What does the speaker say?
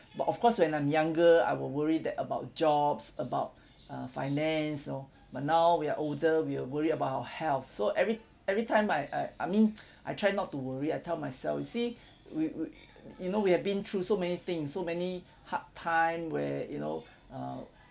but of course when I'm younger I will worry that about jobs about uh finance know but now we are older we'll worry about our health so every every time I I I mean I try not to worry I tell myself see we we you know we have been through so many things so many hard time where you know err